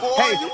hey